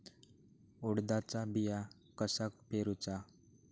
उडदाचा बिया कसा पेरूचा?